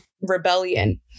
rebellion